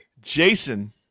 Jason